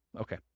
Okay